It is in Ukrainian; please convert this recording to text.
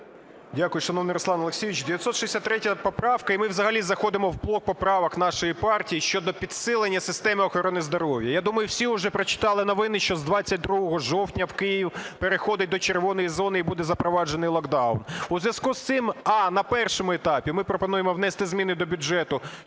Дякую. Шановний Руслан Олексійович, 963 поправка. І ми взагалі заходимо в блок поправок нашої партії щодо підсилення системи охорони здоров'я. Я думаю, всі уже прочитали новини, що з 22 жовтня Київ переходить до червоної зони і буде запроваджений локдаун. У зв'язку з цим: а) на першому етапі ми пропонуємо внести зміни до бюджету,